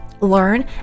learn